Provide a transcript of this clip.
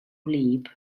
wlyb